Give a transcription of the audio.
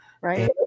Right